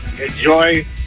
enjoy